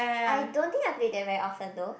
I don't think I play that very often though